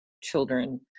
children